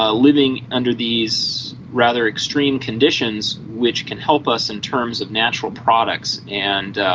ah living under these rather extreme conditions which can help us in terms of natural products and